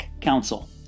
council